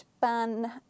ban